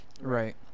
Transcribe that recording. right